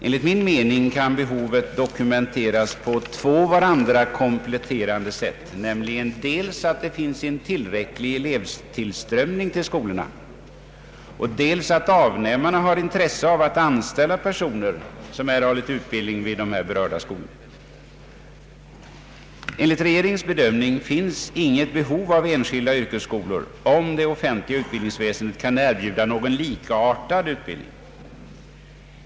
Enligt min mening kan behovet dokumenteras på två varandra kompletterande sätt, dels så att det finns en tillräcklig elevtillströmning till skolorna, dels så att avnämarna har intresse av att anställa personer som erhållit utbildning vid berörda skolor. Enligt regeringens bedömning finns inget behov av enskilda yrkesskolor, om det offentliga utbildningsväsendet kan erbjuda likartad utbildning.